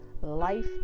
life